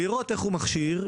לראות איך הוא מכשיר,